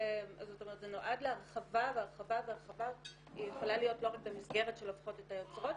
זה נועד להרחבה והרחבה יכולה להיות לא רק במסגרת של הופכות את היוצרות,